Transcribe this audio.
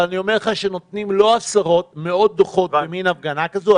אבל אני אומר לך שנותנים לא עשרות אלא מאות דוחות בהפגנה כזאת.